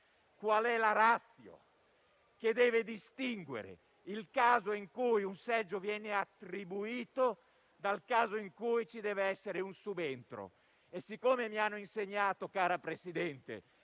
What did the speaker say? qual è la *ratio* che deve distinguere il caso in cui un seggio viene attribuito dal caso in cui ci deve essere un subentro. Cara Presidente, mi hanno insegnato che la legge